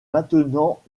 maintenant